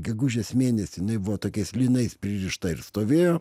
gegužės mėnesį jinai buvo tokiais lynais pririšta ir stovėjo